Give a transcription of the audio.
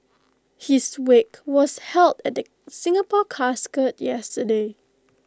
his wake was held at the Singapore casket yesterday